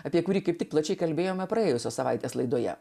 apie kurį kaip tik plačiai kalbėjome praėjusią savaitę laidoje